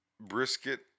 Brisket